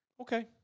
Okay